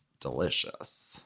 delicious